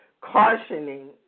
cautioning